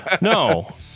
No